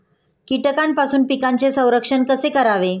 कीटकांपासून पिकांचे संरक्षण कसे करावे?